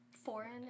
foreign